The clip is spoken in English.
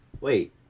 wait